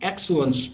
excellence